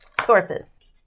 sources